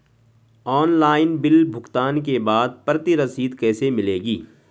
Online bill भुगतान के बाद प्रति रसीद कैसे मिलेगी?